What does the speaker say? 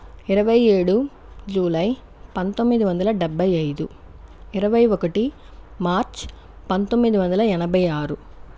ఇరవై ఏడు జులై పంతొమ్మిది వందల డెబ్భై ఐదు ఇరవై ఒకటి మార్చ్ పంతొమ్మిది వందల ఎనభై ఆరు